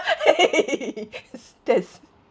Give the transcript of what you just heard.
!hey! that's